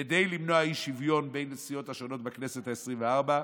כדי למנוע אי-שוויון בין הסיעות השונות בכנסת העשרים-וארבע,